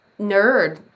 nerd